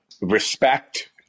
respect